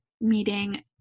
meeting